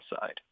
Side